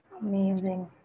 Amazing